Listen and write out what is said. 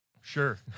Sure